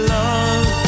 love